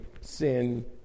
sin